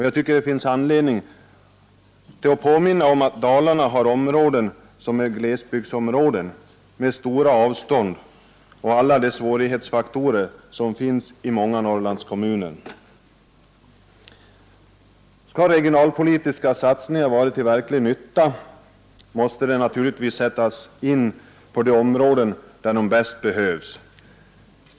Jag tycker det finns anledning att påminna om att Dalarna har områden som är glesbygdsområden med stora avstånd och alla de svårigheter som kännetecknar många Norrlandskommuner. Skall regionalpolitiska satsningar vara till verklig nytta måste de naturligtvis sättas in i de områden där de bäst behövs.